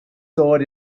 sword